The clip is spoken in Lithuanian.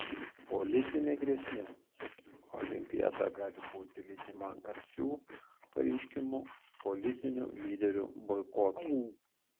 politinė grėsmė olimpiada gali būti lydima garsių pareiškimų politinių lyderių boikotų